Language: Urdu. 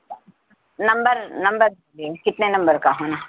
نمبر نمبر دیں کتنے نمبر کا ہونا